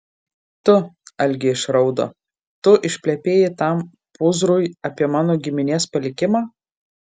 tu algė išraudo tu išplepėjai tam pūzrui apie mano giminės palikimą